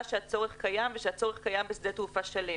שהצורך קיים ושהצורך קיים בשדה תעופה שלם